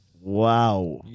Wow